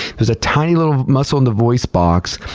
there's a tiny little muscle in the voice box,